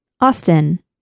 Austin